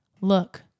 Look